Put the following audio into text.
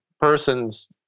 person's